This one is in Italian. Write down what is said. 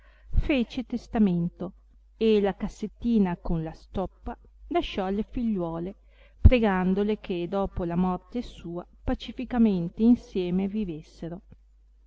fece testamento e la cassettina con la stoppa lasciò alle figliuole pregandole che dopo la morte sua pacificamente insieme vivessero